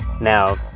now